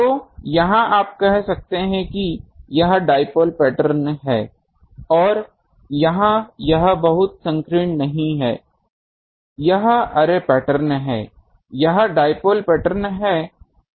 तो यहाँ आप कह सकते हैं कि यह डाइपोल पैटर्न है और यहाँ यह बहुत संकीर्ण नहीं है यह अर्रे पैटर्न है यह डाइपोल पैटर्न है